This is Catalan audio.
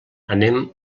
anem